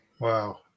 Wow